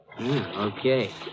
Okay